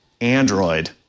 Android